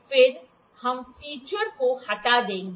फिर हम फीचर को हटा देंगे